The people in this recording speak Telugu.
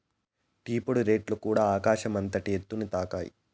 టీ పొడి రేట్లుకూడ ఆకాశం అంతటి ఎత్తుని తాకాయి